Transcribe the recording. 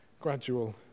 gradual